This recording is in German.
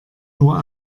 nur